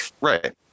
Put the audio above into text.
Right